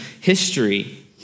history